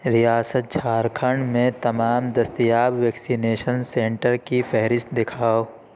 ریاست جھارکھنڈ میں تمام دستیاب ویکسینیشن سنٹر کی فہرست دکھاؤ